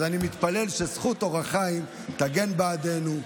אז אני מתפלל שזכות אור החיים תגן עלינו,